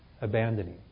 abandoning